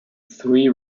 three